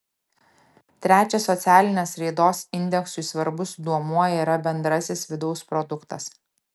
trečias socialinės raidos indeksui svarbus duomuo yra bendrasis vidaus produktas